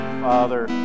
Father